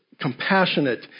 compassionate